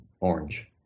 orange